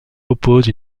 oppose